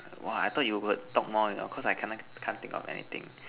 !wah! I thought you would talk more you know because I can't think of anything